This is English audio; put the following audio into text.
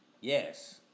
yes